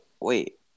Wait